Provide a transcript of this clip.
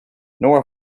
nora